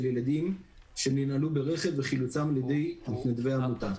ילדים שננעלו ברכב וחילוצם על ידי מתנדבי העמותה.